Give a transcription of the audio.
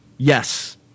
Yes